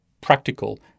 practical